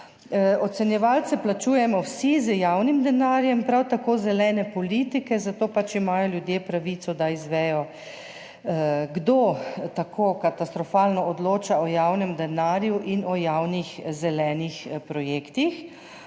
Ocenjevalce plačujemo vsi z javnim denarjem, prav tako zelene politike, zato imajo ljudje pravico, da izvedo, kdo tako katastrofalno odloča o javnem denarju in o javnih zelenih projektih.